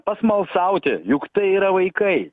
pasmalsauti juk tai yra vaikai